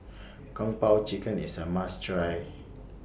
Kung Po Chicken IS A must Try